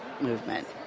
movement